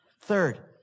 Third